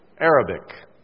Arabic